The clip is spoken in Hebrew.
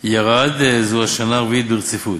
ירד זו השנה הרביעית ברציפות.